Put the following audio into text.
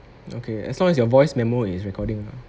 okay as long as your voice memo is recording lah